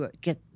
get